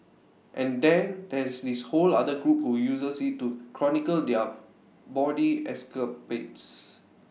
and then there's this whole other group who uses IT to chronicle their bawdy escapades